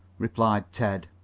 replied ted.